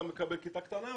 אתה מקבל כיתה קטנה יותר,